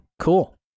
Cool